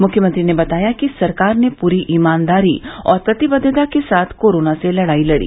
मुख्यमंत्री ने बताया कि सरकार ने पूरी ईमानदारी और प्रतिबद्वता के साथ कोरोना से लड़ाई लड़ी